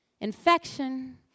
infection